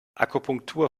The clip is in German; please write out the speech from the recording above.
akupunktur